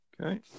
Okay